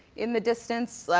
in the distance,